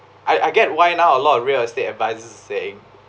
I I get why now a lot of real estate advisors saying